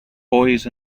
boys